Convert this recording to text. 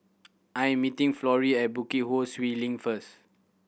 I am meeting Florie at Bukit Ho Swee Link first